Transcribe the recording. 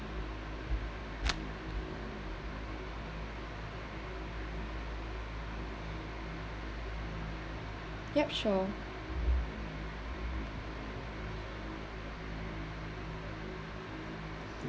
yup sure